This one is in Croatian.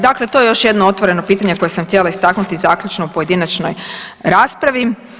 Dakle, to je još jedno otvoreno pitanje koje sam htjela istaknuti zaključno u pojedinačnoj raspravi.